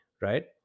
right